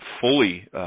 fully –